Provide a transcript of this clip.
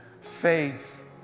faith